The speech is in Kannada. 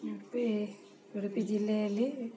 ಉಡುಪಿ ಉಡುಪಿ ಜಿಲ್ಲೆಯಲ್ಲಿ